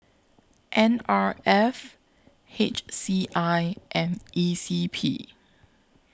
N R F H C I and E C P